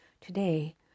Today